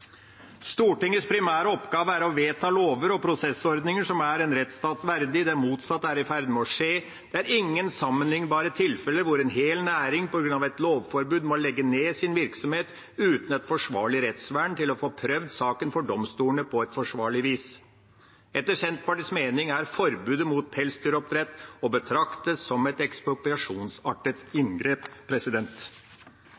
Stortingets primære oppgave er å vedta lover og prosessordninger som er en rettsstat verdig. Det motsatte er i ferd med å skje. Det er ingen sammenlignbare tilfeller hvor en hel næring på grunn av et lovforbud må legge ned sin virksomhet uten et forsvarlig rettsvern til å få prøvd saken for domstolene på et forsvarlig vis. Etter Senterpartiets mening er forbudet mot pelsdyroppdrett å betrakte som et ekspropriasjonsartet